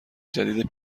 جدید